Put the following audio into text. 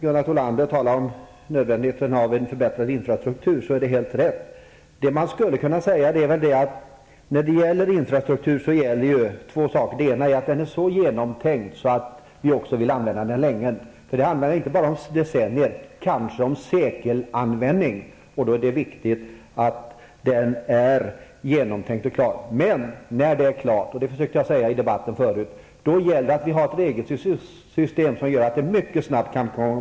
Gunnar Thollander talar också om nödvändigheten av att förbättra infrastrukturen, och det är helt riktigt att detta är nödvändigt. Man skulle kunna säga att två saker gäller i fråga om förbättringar av infrastrukturen. För det första måste infrastrukturen vara så genomtänkt att vi vill använda den länge, och då handlar det inte bara om decennier utan kanske om sekler. Det är därför viktigt att infrastrukturen är genomtänkt och klar. För det andra är det viktigt att vi har ett regelsystem som gör att vi mycket snabbt kan komma i gång med förbättringarna av infrastrukturen, när förberedelserna väl är klara. Detta försökte jag också påpeka tidigare i debatten.